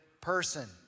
person